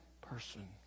person